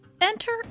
Enter